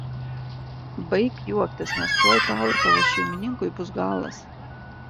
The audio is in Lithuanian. baik juoktis nes tuoj tau ir tavo šeimininkui bus galas